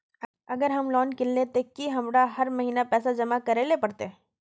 अगर हम लोन किनले ते की हमरा हर महीना पैसा जमा करे ले पड़ते?